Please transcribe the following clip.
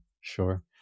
Sure